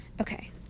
Okay